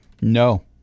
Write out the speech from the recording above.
No